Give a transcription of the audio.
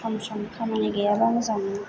सम सम खामानि गैयाबा मोजां मोनो